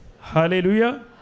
Hallelujah